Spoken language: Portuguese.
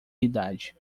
idade